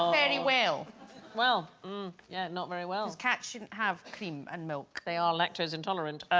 very well well yeah, not very well cats shouldn't have cream and milk. they are lactose intolerant ah,